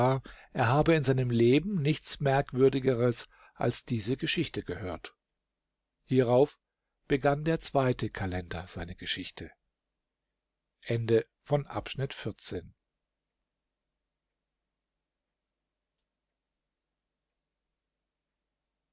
er habe in seinem leben nichts merkwürdigeres als diese geschichte gehört hierauf begann der zweite kalender seine geschichte